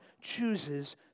chooses